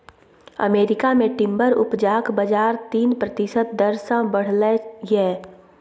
America मे timber उपजाक बजार तीन प्रतिशत दर सँ बढ़लै यै